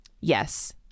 Yes